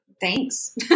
thanks